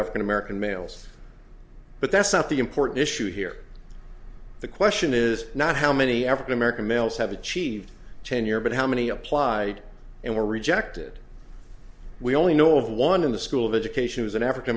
african american males but that's not the important issue here the question is not how many african american males have achieved tenure but how many applied and were rejected we only know of one in the school of education as an african